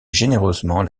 généreusement